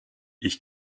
ich